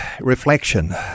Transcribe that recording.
reflection